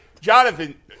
Jonathan